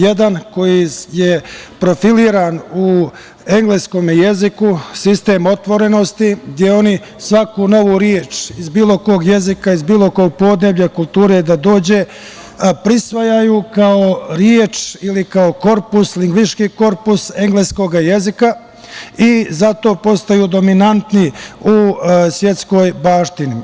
Jedan koji je profilisan u engleskom jeziku – sistem otvorenosti, gde oni svaku novu reč, iz bilo kog jezika, iz bilo kog podneblja, kulture da dođe prisvajaju kao reč ili kao korpus, lingvistički korpus engleskog jezika i zato postaju dominantniji u svetskoj baštini.